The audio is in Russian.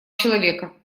человека